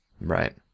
Right